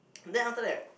then after that